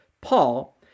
Paul